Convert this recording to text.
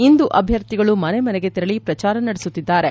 ಇಂದು ಅಭ್ಯರ್ಥಿಗಳು ಮನೆ ಮನೆಗೆ ತೆರಳಿ ಪ್ರಚಾರ ನಡೆಸುತ್ತಿದ್ದಾರೆ